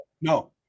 No